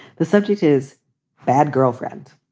the subject is bad girlfriend.